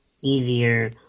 easier